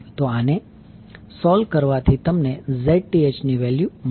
તો આને સોલ્વ કરવાથી તમને Zth ની વેલ્યુ મળશે